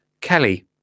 Kelly